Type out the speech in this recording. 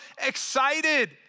excited